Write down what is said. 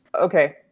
Okay